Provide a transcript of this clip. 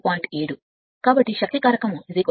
కాబట్టి శక్తి కారకం ఇది 1